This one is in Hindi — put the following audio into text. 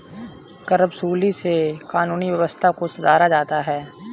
करवसूली से कानूनी व्यवस्था को सुधारा जाता है